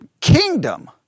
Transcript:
kingdom